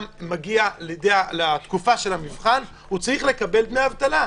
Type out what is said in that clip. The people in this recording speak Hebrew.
מגיע לתקופה של המבחן הוא צריך לקבל דמי אבטלה.